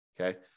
okay